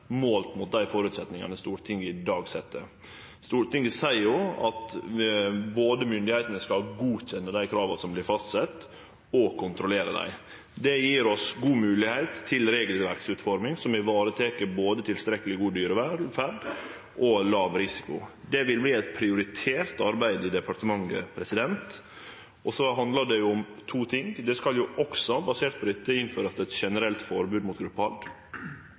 målt mot dei føresetnadene som Stortinget i dag set. Stortinget seier jo at myndigheitene skal både godkjenne dei krava som vert fastsette, og kontrollere dei. Det gjev oss god moglegheit til regelverksutforming som varetek både tilstrekkeleg god dyrevelferd, og låg risiko. Det vil vere eit prioritert arbeid i departementet. Så handlar det om to ting. Det skal jo også, basert på dette, innførast eit generelt forbod mot gruppehald.